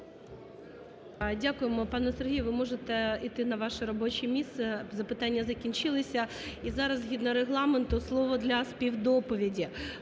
Дякуємо, пане Сергію. Ви можете іти на ваше робоче місце, запитання закінчилися. І зараз згідно Регламенту слово для співдоповіді